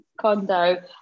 condo